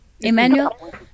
Emmanuel